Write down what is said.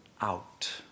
out